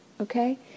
Okay